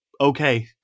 okay